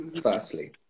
firstly